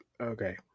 Okay